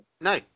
No